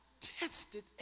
tested